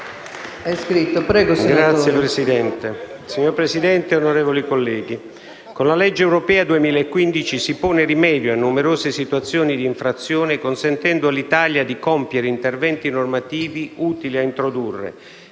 *(AL-A (MpA))*. Signora Presidente, onorevoli colleghi, con la legge europea 2015 si pone rimedio a numerose situazioni di infrazione consentendo all'Italia di compiere interventi normativi utili a introdurre